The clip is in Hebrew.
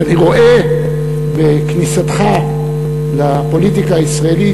ואני רואה בכניסתך לפוליטיקה הישראלית,